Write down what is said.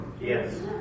Yes